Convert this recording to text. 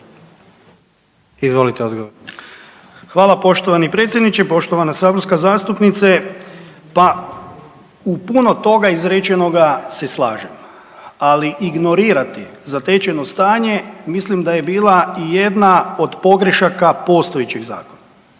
Darko (HDZ)** hvala poštovani predsjedniče. Poštovana saborska zastupniče. Pa u puno toga izrečenoga se slažem. Ali, ignorirati zatečeno stanje mislim da je bila jedna od pogrešaka postojećeg Zakona.